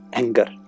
anger